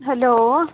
hello